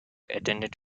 attended